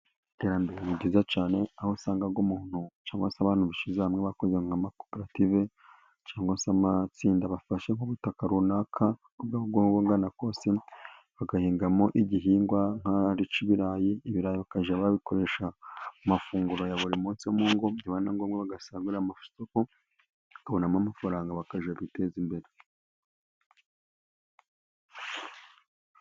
Iterambere ni ryiza cyane, aho usangaga umuntu cyangwa se abandi bishyize hamwe bakoze nk'amakoperative cyangwa se amatsinda, bafashe nk'ubutaka runaka uko bungana kose, bagahingamo igihingwa nk' icy'ibirayi, ibirayi bakajya babyifashisha mu mafunguro ya buri munsi mu ngo, byaba na ngombwa bagasagura amasoko bakabonamo amafaranga, bakajya biteza imbere.